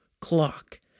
clock